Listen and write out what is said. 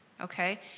Okay